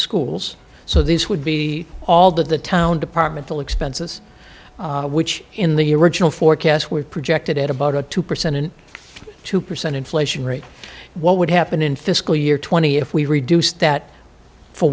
schools so this would be all that the town department will expenses which in the original forecast were projected at about a two percent and two percent inflation rate what would happen in fiscal year twenty if we reduced that for